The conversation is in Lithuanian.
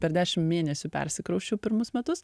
per dešim mėnesių persikrausčiau pirmus metus